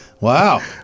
Wow